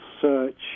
search